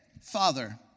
Father